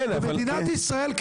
במדינת ישראל,